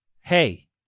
hey